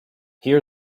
here